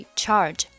charge